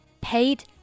Paid